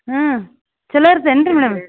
ಹಾಂ ಚಲೋ ಇರತ್ ಏನ್ರೀ ಮೇಡಮ್